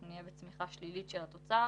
אנחנו נהיה בצמיחה שלילית של התוצר.